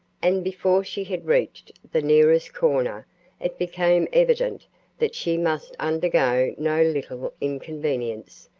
and before she had reached the nearest corner it became evident that she must undergo no little inconvenience,